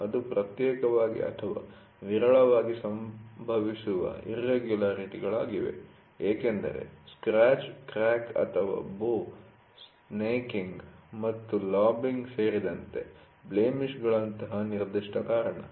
ಅವುಗಳು ಪ್ರತ್ಯೇಕವಾಗಿ ಅಥವಾ ವಿರಳವಾಗಿ ಸಂಭವಿಸುವ ಇರ್ರೆಗುಲರಿಟಿಗಳಾಗಿವೆ ಏಕೆಂದರೆ ಸ್ಕ್ರ್ಯಾಚ್ ಕ್ರ್ಯಾಕ್ ಅಥವಾ ಬೊ ಸ್ನ್ಯಾಕಿಂಗ್ ಮತ್ತು ಲಾಬಿಂಗ್ ಸೇರಿದಂತೆ ಬ್ಲೇಮಿಷ್'ಗಳಂತಹ ನಿರ್ದಿಷ್ಟ ಕಾರಣ